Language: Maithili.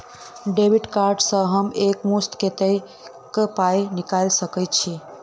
डेबिट कार्ड सँ हम एक मुस्त कत्तेक पाई निकाल सकय छी?